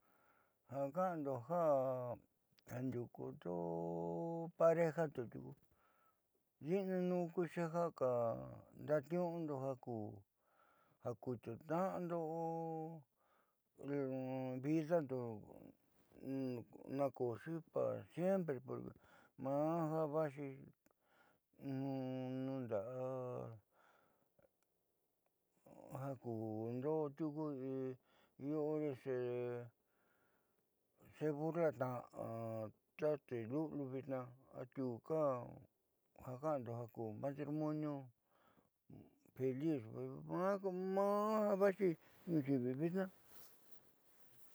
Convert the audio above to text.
Ja ka'ando ja ndiuukundo parejando tiuku di'inanuun ndaaniuundo ja kuutiuutna'ando o vidando naakooxi para siempre porque maa ja viixi nunda'a ja kuundo tiuku xeburlana'a tate luliu vitnaa atiuka ja ka'ando matrimonio feliz vitnaa maa ja va'axi ayiivi vitnaa.